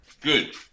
Good